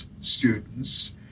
students